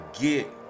get